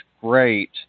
great